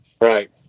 Right